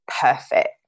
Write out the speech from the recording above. perfect